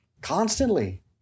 constantly